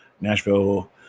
Nashville